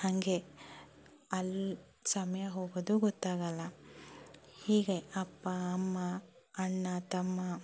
ಹಾಗೆ ಅಲ್ಲಿ ಸಮಯ ಹೋಗೋದು ಗೊತ್ತಾಗಲ್ಲ ಹೀಗೆ ಅಪ್ಪ ಅಮ್ಮ ಅಣ್ಣ ತಮ್ಮ